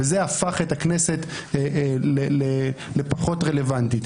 זה הפך את הכנסת לפחות רלוונטית.